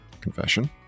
confession